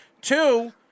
Two